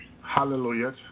Hallelujah